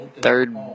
third